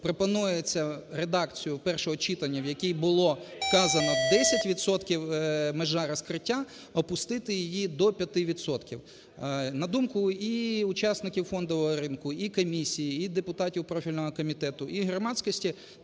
пропонується редакцію першого читання, в якій було вказано 10 відсотків межа розкриття, опустити її до 5 відсотків. На думку і учасників фондового ринку, і комісії, і депутатів профільного комітету, і громадськості,